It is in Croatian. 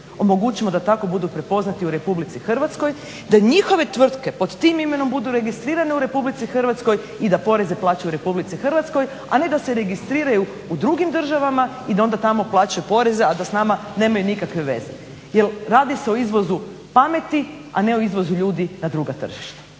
omogućimo da tako budu prepoznati u Republici Hrvatskoj da njihove tvrtke pod tim imenom budu registrirane u Republici Hrvatskoj i da poreze plaćaju Republici Hrvatskoj, a ne da se registriraju u drugim državama i da onda tamo plaćaju poreze, a da s nama nemaju nikakve veze. Jer radi se o izvozu pameti, a ne o izvozu ljudi na druga tržišta.